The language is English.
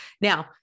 Now